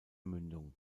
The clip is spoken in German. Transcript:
mündung